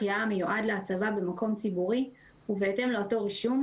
החייאה המיועד להצבה במקום ציבורי ובהתאם לאותו רישום,